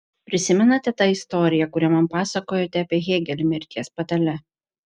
prisimenate tą istoriją kurią man pasakojote apie hėgelį mirties patale